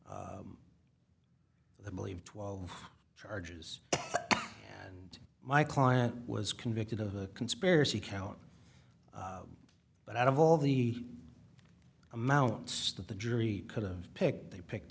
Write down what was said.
i believe twelve charges and my client was convicted of the conspiracy count but out of all the amounts that the jury could have picked they picked